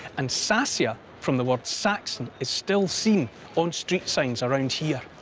and sassia from the word saxon is still seen on street signs around here.